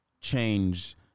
change